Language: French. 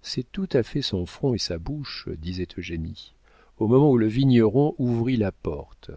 c'est tout à fait son front et sa bouche disait eugénie au moment où le vigneron ouvrit la porte